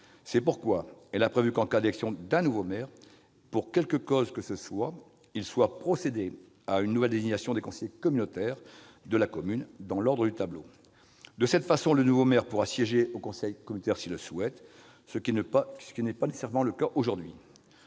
C'est pourquoi elle a prévu qu'en cas d'élection d'un nouveau maire, pour quelque cause que ce soit, il sera procédé à une nouvelle désignation des conseillers communautaires de la commune dans l'ordre du tableau. De cette façon, le nouveau maire pourra siéger au conseil communautaire s'il le souhaite, ce qui n'est pas toujours le cas aujourd'hui.